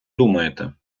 думаєте